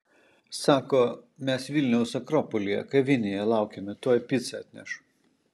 sako mes vilniaus akropolyje kavinėje laukiame tuoj picą atneš